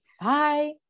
bye